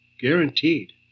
Guaranteed